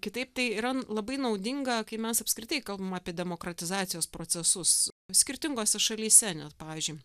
kitaip tai yra labai naudinga kai mes apskritai kalbam apie demokratizacijos procesus skirtingose šalyse nes pavyzdžiui